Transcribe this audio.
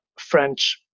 french